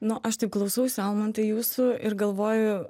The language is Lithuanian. nu aš taip klausausi almantai jūsų ir galvoju